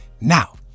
Now